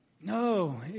No